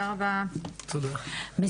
הישיבה ננעלה בשעה 11:58.